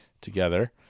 together